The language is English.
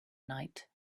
night